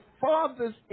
fathers